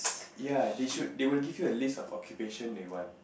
ya they should they will give you a list of occupation they want